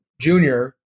junior